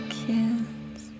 kids